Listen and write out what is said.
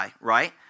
right